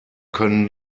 können